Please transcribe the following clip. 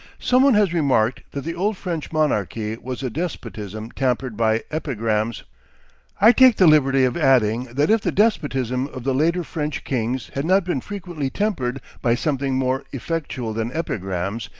some one has remarked that the old french monarchy was a despotism tempered by epigrams i take the liberty of adding that if the despotism of the later french kings had not been frequently tempered by something more effectual than epigrams,